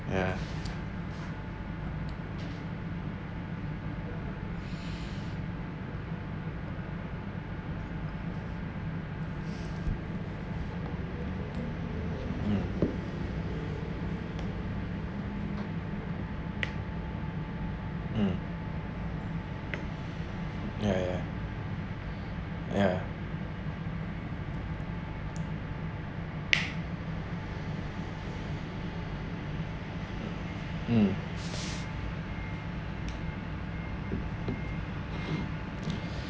ya mm mm ya ya ya mm